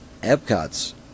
Epcot's